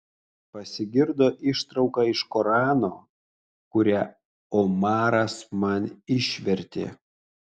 pasigirdo ištrauka iš korano kurią omaras man išvertė